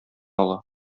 ала